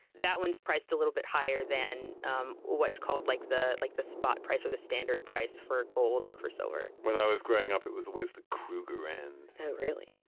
that one's priced a little bit higher than um what's called like the like the spot price or the standard price for gold or for silver when i was growing up it was always the kruger and brand really.